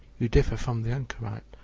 you differ from the anchorite,